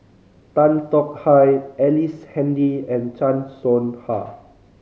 Tan Tong Hye Ellice Handy and Chan Soh Ha